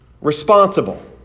responsible